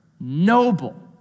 noble